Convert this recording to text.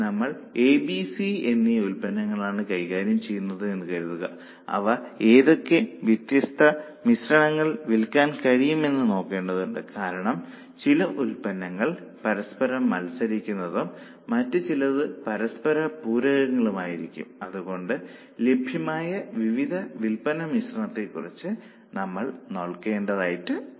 നമ്മൾ A B C എന്നീ ഉത്പന്നങ്ങളാണ് കൈകാര്യം ചെയ്യുന്നത് എന്ന് കരുതുക അവ ഏതൊക്കെ വ്യത്യസ്ത മിശ്രണങ്ങളിൽ വിൽക്കാൻ കഴിയും എന്ന് നോക്കേണ്ടതുണ്ട് കാരണം ചില ഉൽപ്പന്നങ്ങൾ പരസ്പരം മത്സരിക്കുന്നതും മറ്റു ചിലത് പരസ്പരപൂരകങ്ങളും ആയിരിക്കാം അതുകൊണ്ട് ലഭ്യമായ വിവിധ വിൽപ്പന മിശ്രണങ്ങളെക്കുറിച്ച് നമ്മൾ നോക്കേണ്ടതുണ്ട്